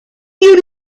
you